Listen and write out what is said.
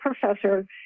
professor